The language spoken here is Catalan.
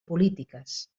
polítiques